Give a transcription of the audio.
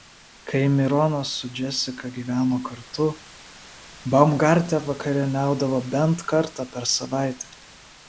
kai mironas su džesika gyveno kartu baumgarte vakarieniaudavo bent kartą per savaitę